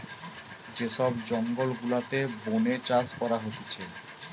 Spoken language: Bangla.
যে সব জঙ্গল গুলাতে বোনে চাষ করা হতিছে